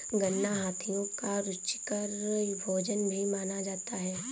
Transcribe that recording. गन्ना हाथियों का रुचिकर भोजन भी माना जाता है